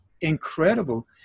Incredible